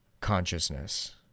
consciousness